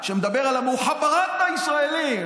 שמדבר על המוחבראת הישראלי,